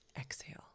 exhale